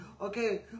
Okay